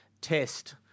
test